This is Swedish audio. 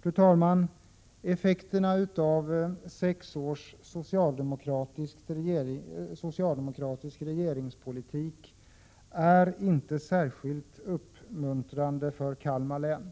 Fru talman! Effekterna av sex års socialdemokratisk regeringspolitik är inte särskilt uppmuntrande för Kalmar län.